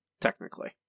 technically